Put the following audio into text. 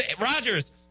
Rogers